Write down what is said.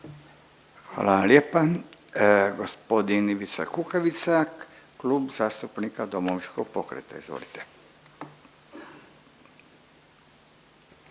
vam lijepa. Gospodin Ivica Kukavica, Klub zastupnika Domovinskog pokreta. Izvolite.